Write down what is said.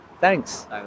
Thanks